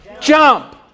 Jump